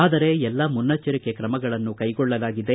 ಆದರೆ ಎಲ್ಲ ಮುನ್ನೆಚ್ಚರಿಕೆ ಕ್ರಮಗಳನ್ನು ಕೈಗೊಳ್ಳಲಾಗಿದೆ